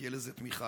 תהיה לזה תמיכה.